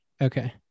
okay